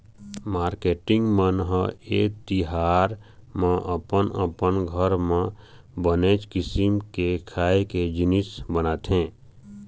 marketing मन ह ए तिहार म अपन अपन घर म बनेच किसिम के खाए के जिनिस बनाथे